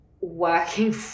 working